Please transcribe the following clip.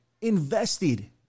invested